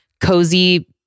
cozy